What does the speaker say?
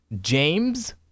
James